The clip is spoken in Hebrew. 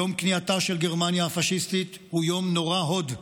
יום כניעתה של גרמניה הפשיסטית הוא יום נורא הוד,